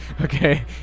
okay